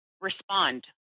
respond